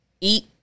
eat